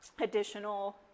additional